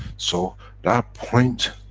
so that point,